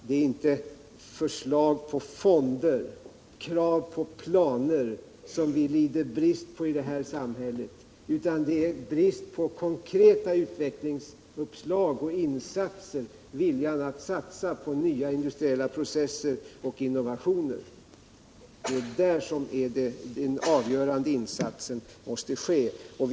Det är inte förslag om fonder, krav på planer som vi lider brist på i det här samhället utan det är brist på konkreta utvecklingsuppslag och insatser, vilja att satsa på nya industriprocesser och innovationer. Det är där som den avgörande insatsen måste sättas in.